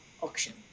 auction